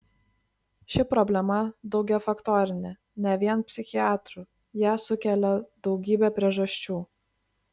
ši problema daugiafaktorinė ne vien psichiatrų ją sukelia daugybė priežasčių